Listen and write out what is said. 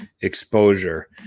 exposure